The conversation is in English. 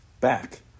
Back